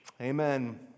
Amen